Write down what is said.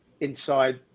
inside